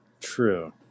True